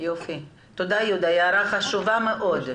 תודה, יהודה, זו הערה חשובה מאוד.